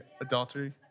Adultery